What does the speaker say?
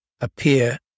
appear